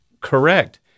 correct